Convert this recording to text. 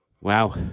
Wow